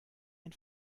ein